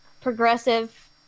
progressive